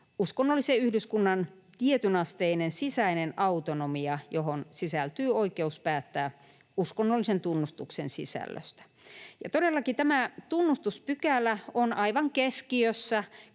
uskonnollisen yhdyskunnan tietynasteinen sisäinen autonomia, johon sisältyy oikeus päättää uskonnollisen tunnustuksen sisällöstä. Todellakin tämä tunnustuspykälä on aivan keskiössä